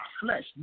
flesh